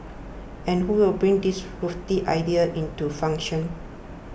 and who will bring these lofty ideas into function